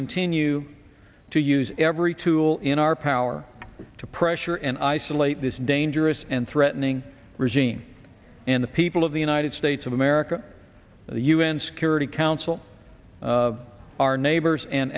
continue to use every tool in our power to pressure and isolate this dangerous and threatening regime and the people of the united states of america the u n security council our neighbors and